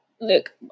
Look